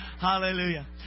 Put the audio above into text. Hallelujah